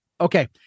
Okay